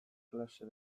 klase